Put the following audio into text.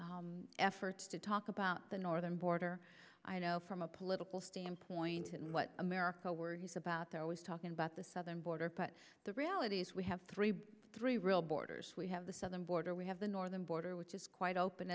continued efforts to talk about the northern border i know from a political standpoint and what america where he's about they're always talking about the southern border but the reality is we have three three real borders we have the southern border we have the northern border which is quite open